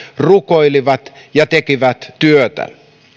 rukoilivat ja tekivät työtä